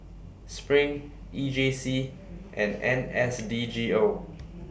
SPRING E J C and N S D G O